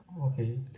okay